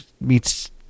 meets